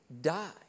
Die